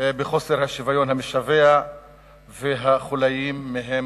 בחוסר השוויון המשווע ובחוליים שמהם